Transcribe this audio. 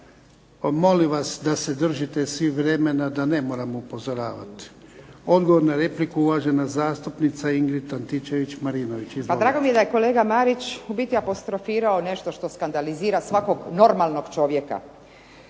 Molim vas da se držite svi vremena da ne moram upozoravati. Odgovor na repliku uvažena zastupnica Ingrid Antičević-Marinović. Izvolite. **Antičević Marinović, Ingrid (SDP)** Pa drago mi je da je kolega Marić u biti apostrofirao nešto što skandalizira svakog normalnog čovjeka.